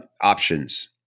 options